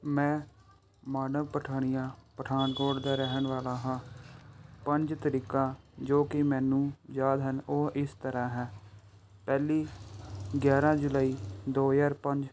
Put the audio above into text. ਮੈਂ ਮਾਨਵ ਪਠਾਣੀਆ ਪਠਾਨਕੋਟ ਦਾ ਰਹਿਣ ਵਾਲਾ ਹਾਂ ਪੰਜ ਤਰੀਕਾਂ ਜੋ ਕਿ ਮੈਨੂੰ ਯਾਦ ਹਨ ਉਹ ਇਸ ਤਰ੍ਹਾਂ ਹੈ ਪਹਿਲੀ ਗਿਆਰਾਂ ਜੁਲਾਈ ਦੋ ਹਜ਼ਾਰ ਪੰਜ